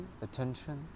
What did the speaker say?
attention